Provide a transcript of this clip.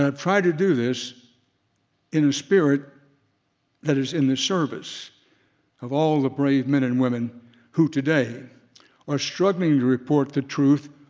um tried to do this in a spirit that is in the service of all the brave men and women who today are struggling to report the truth,